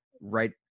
right